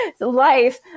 life